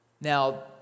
Now